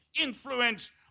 influence